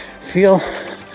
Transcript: feel